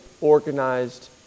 organized